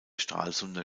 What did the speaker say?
stralsunder